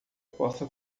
possa